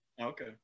Okay